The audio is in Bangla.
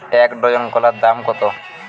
এক ডজন কলার দাম কত?